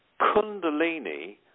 Kundalini